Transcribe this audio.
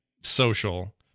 social